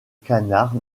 canard